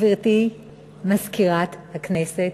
גברתי מזכירת הכנסת,